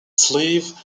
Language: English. sleeve